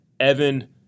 Evan